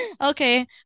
Okay